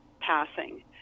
Passing